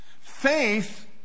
Faith